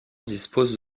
disposent